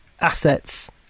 assets